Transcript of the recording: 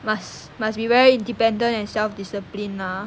must must be very independent and self discipline lah